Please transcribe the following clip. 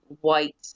white